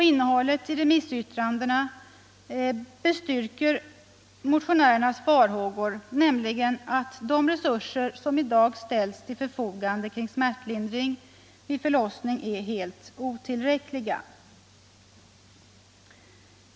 Innehållet i remissyttrandena styrker motionärernas farhågor att de resurser som i dag ställs till förfogande för smärtlindring vid förlossning är helt otillräckliga.